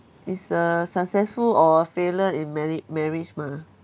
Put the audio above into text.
it's a successful or failure in marria~ marriage mah